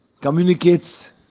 communicates